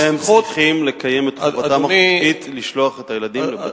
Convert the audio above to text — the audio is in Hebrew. הם צריכים לקיים את חובתם החוקית לשלוח את הילדים לבתי-הספר.